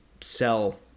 sell